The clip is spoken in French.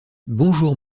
bonjour